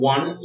One